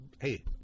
hey –